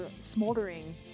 smoldering